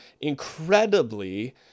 incredibly